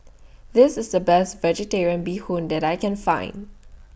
This IS The Best Vegetarian Bee Hoon that I Can Find